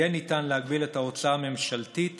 יהיה ניתן להגביל את ההוצאה הממשלתית